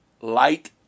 light